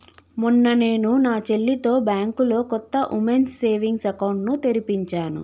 మొన్న నేను నా చెల్లితో బ్యాంకులో కొత్త ఉమెన్స్ సేవింగ్స్ అకౌంట్ ని తెరిపించాను